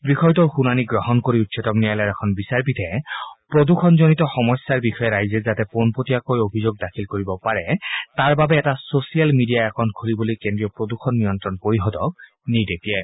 বিষয়টোৰ শুনানী গ্ৰহণ কৰি উচ্চতম ন্যায়ালয়ৰ এখন বিচাৰপীঠে প্ৰদূষণজনিত সমস্যাৰ বিষয়ে ৰাইজে যাতে পোনপটীয়াকৈ অভিযোগ দাখিল কৰিব পাৰে তাৰ বাবে এটা ছ'চিয়েল মিডিয়া একাণ্ট খুলিবলৈ কেন্দ্ৰীয় প্ৰদূষণ নিয়ন্ত্ৰণ পৰিষদক নিৰ্দেশ দিয়ে